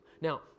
Now